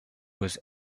was